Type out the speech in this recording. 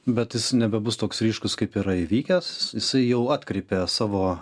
bet jis nebebus toks ryškus kaip yra įvykęs jisai jau atkreipė savo